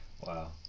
Wow